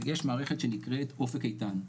יש מערכת שנקראת "אופק איתן",